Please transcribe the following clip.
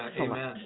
amen